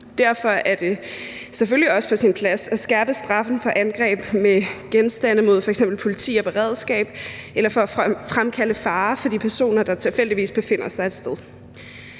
Derfor er det selvfølgelig også på sin plads at skærpe straffen for angreb med genstande mod f.eks. politi og beredskab eller for at fremkalde fare for de personer, der tilfældigvis befinder sig et sted.